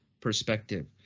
perspective